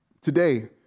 Today